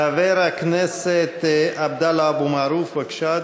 חבר הכנסת עבדאללה אבו מערוף, בבקשה,